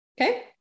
Okay